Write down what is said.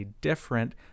different